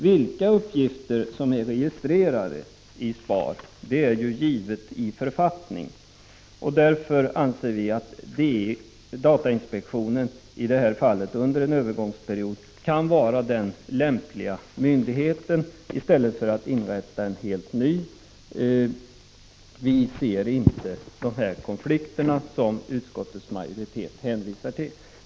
Vilka uppgifter som registreras i SPAR anges i författning. Vi anser därför att datainspektionen i detta fall kan vara en lämplig myndighet under en övergångsperiod, i stället för att en helt ny myndighet inrättas. Vi kan inte se de konflikter som utskottets majoritet hänvisar till.